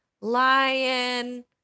lion